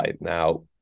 Now